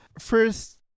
first